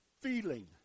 feeling